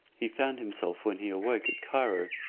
he found himself when he awoke at cairo,